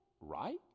right